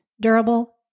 durable